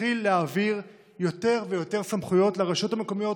ולהתחיל להעביר יותר ויותר סמכויות לרשויות המקומיות.